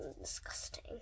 disgusting